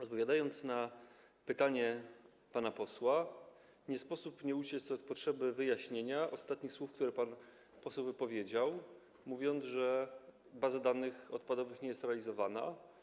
Odpowiadając na pytanie pana posła, nie sposób uciec od potrzeby wyjaśnienia ostatnich słów, które pan poseł wypowiedział, mówiąc, że baza danych odpadowych nie jest realizowana.